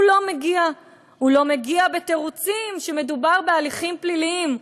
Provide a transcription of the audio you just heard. הוא לא מגיע בתירוצים שמדובר בהליכים פליליים.